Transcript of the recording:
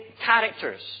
characters